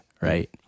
right